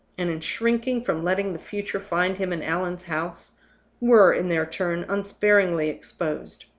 and in shrinking from letting the future find him in allan's house were, in their turn, unsparingly exposed.